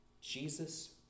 Jesus